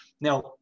Now